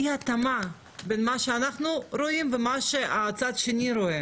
אי התאמה בין מה שאנחנו רואים ובין מה שהצד השני רואה